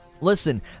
Listen